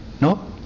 No